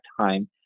time